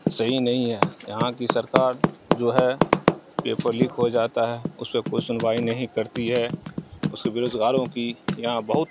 صحیح نہیں ہے یہاں کی سرکار جو ہے پیپر لیک ہو جاتا ہے اس پہ کوئی سنوائی نہیں کرتی ہے اس کے بےروزگاروں کی یہاں بہت